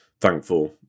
thankful